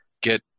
get